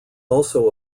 also